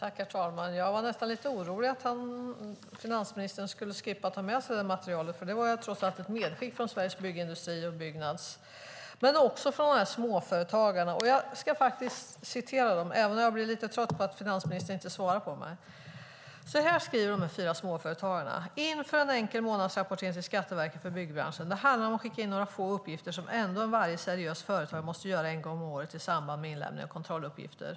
Herr talman! Jag var nästan lite orolig för att finansministern inte skulle ta med sig materialet, för det var ett medskick från Sveriges Byggindustrier, Byggnads och från några småföretagare. Jag blir lite trött på att finansministern inte svarar på frågorna. Jag ska ändå citera vad de fyra småföretagarna skriver: Inför en enkel månadsrapportering till Skatteverket för byggbranschen. Det handlar om att skicka in några få uppgifter som ändå varje seriös företagare måste göra en gång om året i samband med inlämningen med kontrolluppgifter.